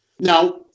Now